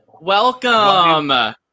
Welcome